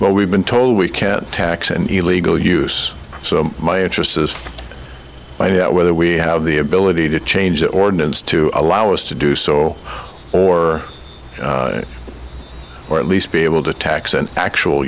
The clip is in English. what we've been told we can tax an illegal use so my interest is by that whether we have the ability to change the ordinance to allow us to do so or or at least be able to tax an actual